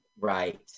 Right